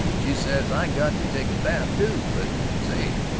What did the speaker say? she says i got to take a bath, too. but, say,